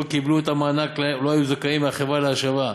קיבלו את המענק שלו היו זכאים מהחברה להשבה.